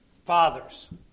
Fathers